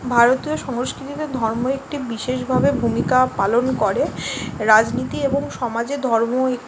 ভারতীয় সংস্কৃতিতে ধর্ম একটি বিশেষভাবে ভূমিকা পালন করে রাজনীতি এবং সমাজে ধর্ম